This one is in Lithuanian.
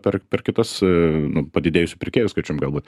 per per kitus nu padidėjusių pirkėjų skaičium galbūt